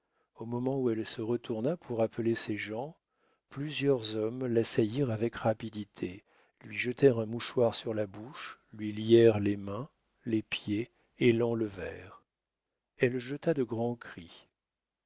au moment où elle se retourna pour appeler ses gens plusieurs hommes l'assaillirent avec rapidité lui jetèrent un mouchoir sur la bouche lui lièrent les mains les pieds et l'enlevèrent elle jeta de grands cris